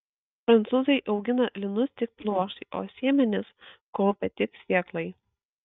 prancūzai augina linus tik pluoštui o sėmenis kaupia tik sėklai